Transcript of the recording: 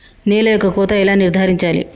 నేల యొక్క కోత ఎలా నిర్ధారించాలి?